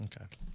Okay